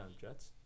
Jets